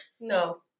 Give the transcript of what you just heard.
no